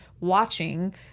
watching